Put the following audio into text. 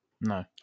No